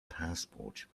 passport